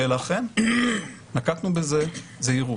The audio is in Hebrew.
ולכן נקטנו בזה זהירות.